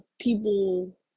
people